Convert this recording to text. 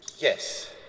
Yes